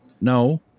no